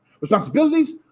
Responsibilities